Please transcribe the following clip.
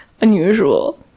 unusual